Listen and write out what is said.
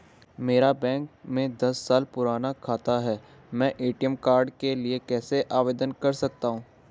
मेरा बैंक में दस साल पुराना खाता है मैं ए.टी.एम कार्ड के लिए कैसे आवेदन कर सकता हूँ?